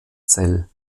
zell